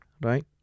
right